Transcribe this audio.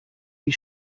wie